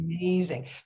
amazing